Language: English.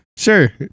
sure